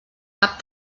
cap